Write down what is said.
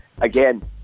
again